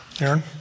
Aaron